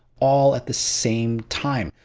all at the same time.